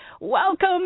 Welcome